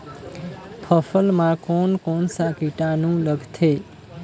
फसल मा कोन कोन सा कीटाणु लगथे?